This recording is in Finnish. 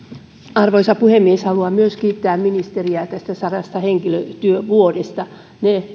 arvoisa puhemies haluan myös kiittää ministeriä näistä sadasta henkilötyövuodesta ne